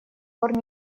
пор